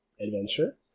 adventure